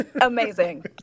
amazing